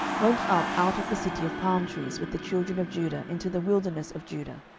went up out of the city of palm trees with the children of judah into the wilderness of judah,